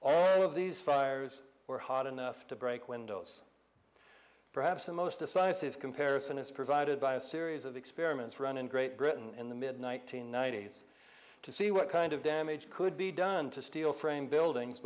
all of these fires were hot enough to break windows perhaps the most decisive comparison is provided by a series of experiments run in great britain in the mid one nine hundred ninety s to see what kind of damage could be done to steel framed buildings